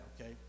Okay